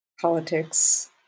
politics